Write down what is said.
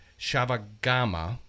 Shavagama